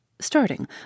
Starting